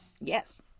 Yes